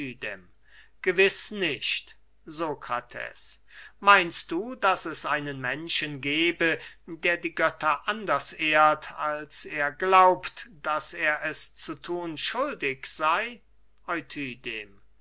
gewiß nicht sokrates meinst du daß es einen menschen gebe der die götter anders ehrt als er glaubt daß er es zu thun schuldig sey